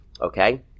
Okay